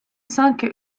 cinq